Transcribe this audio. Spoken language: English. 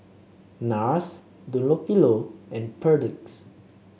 NARS Dunlopillo and Perdix